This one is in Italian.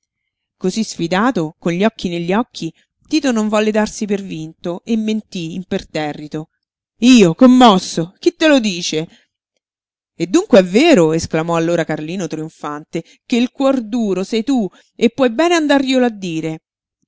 cosí sfidato con gli occhi negli occhi tito non volle darsi per vinto e mentí imperterrito io commosso chi te lo dice e dunque è vero esclamò allora carlino trionfante che il cuor duro sei tu e puoi bene andarglielo a dire